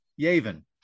Yavin